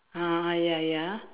ah ya ya